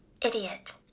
idiot